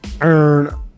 earn